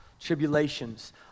tribulations